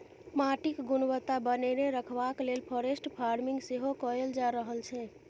माटिक गुणवत्ता बनेने रखबाक लेल फॉरेस्ट फार्मिंग सेहो कएल जा रहल छै